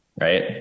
right